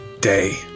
day